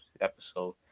episode